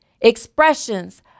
Expressions